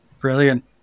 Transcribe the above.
Brilliant